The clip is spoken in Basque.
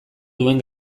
duen